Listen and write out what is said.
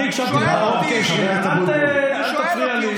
אני הקשבתי לך רוב קשב, אל תפריע לי.